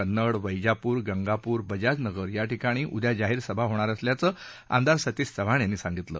कन्नड वैजापूर गंगापूर बजाजनगर याठिकाणी उद्या जाहीर सभा होणार असल्याचं आमदार सतीश चव्हाण यांनी सांगितलं